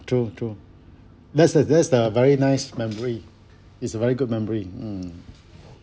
true true that's the that's the very nice memory is a very good memory mm